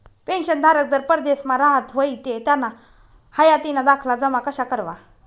पेंशनधारक जर परदेसमा राहत व्हयी ते त्याना हायातीना दाखला जमा कशा करवा?